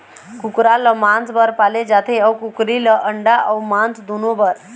कुकरा ल मांस बर पाले जाथे अउ कुकरी ल अंडा अउ मांस दुनो बर